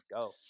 go